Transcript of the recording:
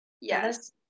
yes